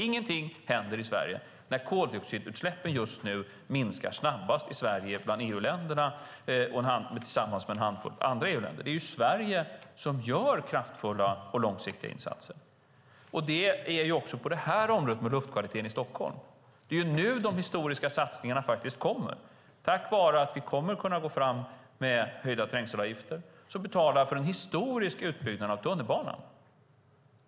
Ingenting händer i Sverige, när koldioxidutsläppen i Sverige just nu minskar snabbast bland EU-länderna tillsammans med en handfull andra EU-länder. Det är Sverige som gör kraftfulla och långsiktiga insatser. När det gäller luftkvaliteten i Stockholm är det nu som de historiska satsningarna kommer. Det är tack vare att vi kommer att gå framåt med höjda trängselavgifter som vi kan betala för en historisk utbyggnad av tunnelbanan.